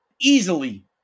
easily